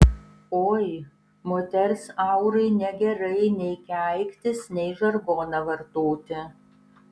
oi moters aurai negerai nei keiktis nei žargoną vartoti